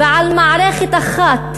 ועל מערכת אחת,